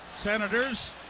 Senators